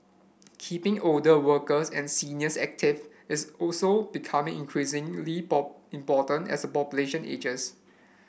keeping older workers and seniors active is also becoming important as the population ages